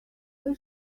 why